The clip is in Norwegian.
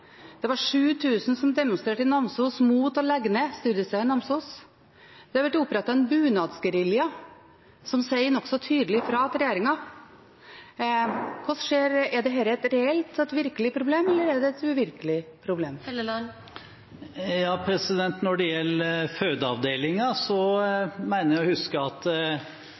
Namsos mot å legge ned studiestedet i Namsos. Det har blitt opprettet en bunadsgerilja som sier nokså tydelig fra til regjeringen. Er dette et reelt og et virkelig problem, eller er det et uvirkelig problem? Når det gjelder fødeavdelinger, mener jeg å huske at